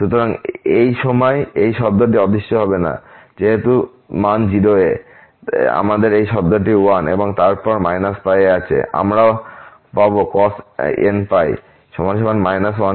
সুতরাং এই সময় এই শব্দটি অদৃশ্য হবে না যেহেতু মান 0 এ আমাদের এই শব্দটি 1 এবং তারপর π এ আছে আমরাও পাব cos nπ 1n